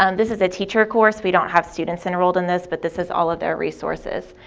and this is a teacher course, we don't have students enrolled in this, but this is all of their resources.